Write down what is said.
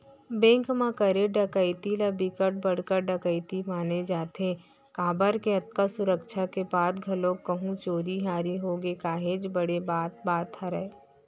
bank म करे डकैती ल बिकट बड़का डकैती माने जाथे काबर के अतका सुरक्छा के बाद घलोक कहूं चोरी हारी होगे काहेच बड़े बात बात हरय